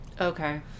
Okay